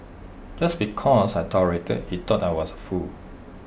just because I tolerated he thought I was A fool